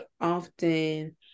often